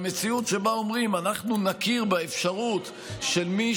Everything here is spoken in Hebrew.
המציאות שבה אומרים: אנחנו נכיר באפשרות של מי